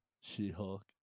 She-Hulk